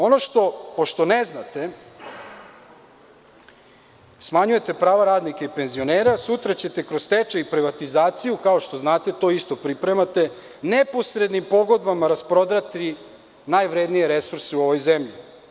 Ono što, pošto ne znate, smanjujete prava radnika i penzionera, sutra ćete kroz stečaj i privatizaciju, kao što znate, to isto pripremate, neposrednim pogodbama rasprodati najvrednije resurse u ovoj zemlji.